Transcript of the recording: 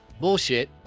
bullshit